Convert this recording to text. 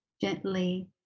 Gently